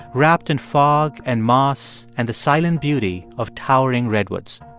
wrapped in fog and moss and the silent beauty of towering redwoods.